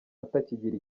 atakigira